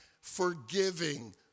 Forgiving